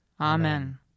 Amen